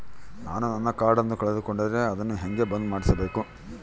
ನಾನು ನನ್ನ ಕಾರ್ಡನ್ನ ಕಳೆದುಕೊಂಡರೆ ಅದನ್ನ ಹೆಂಗ ಬಂದ್ ಮಾಡಿಸಬೇಕು?